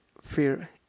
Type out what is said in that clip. fear